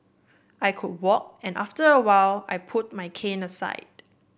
I could walk and after a while I put my cane aside